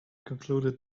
concluded